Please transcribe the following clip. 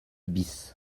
bis